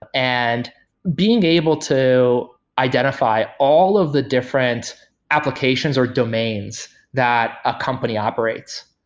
ah and being able to identify all of the different applications or domains that a company operates.